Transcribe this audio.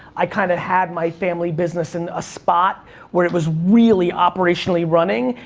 i kind of had my family business in a spot where it was really operationally running,